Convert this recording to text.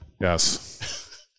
Yes